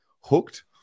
hooked